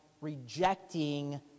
rejecting